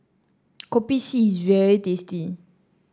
Kopi C is very tasty